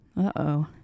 Uh-oh